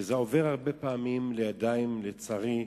שזה עובר הרבה פעמים לידיים, לצערי,